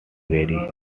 very